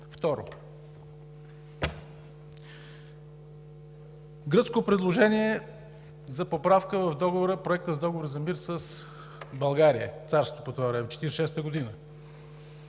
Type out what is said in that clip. Второ, гръцко предложение за поправка в Проекта за договор за мир с България – царство по това време, 1946 г.: